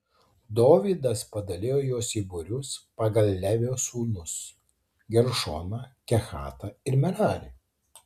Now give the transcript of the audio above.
dovydas padalijo juos į būrius pagal levio sūnus geršoną kehatą ir merarį